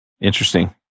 Interesting